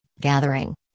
gathering